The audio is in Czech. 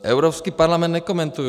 Evropský parlament nekomentuji.